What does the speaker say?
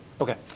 Okay